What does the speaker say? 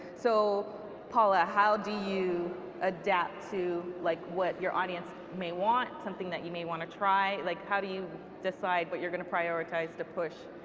so paula, how do you adapt to like what your audience may want, something that you may want to try. like how do you decide what you're going to prioritize to push?